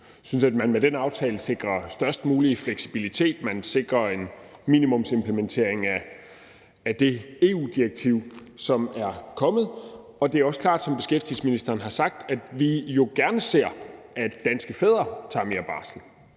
vi synes, at man med den aftale sikrer størst mulig fleksibilitet. Man sikrer en minimumsimplementering af det EU-direktiv, som er kommet, og det er også klart, som beskæftigelsesministeren har sagt, at vi jo gerne ser, at danske fædre tager mere barsel.